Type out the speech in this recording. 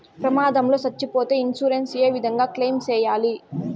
ప్రమాదం లో సచ్చిపోతే ఇన్సూరెన్సు ఏ విధంగా క్లెయిమ్ సేయాలి?